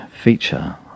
feature